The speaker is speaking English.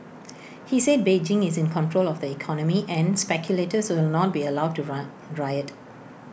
he said Beijing is in control of the economy and speculators will not be allowed to run riot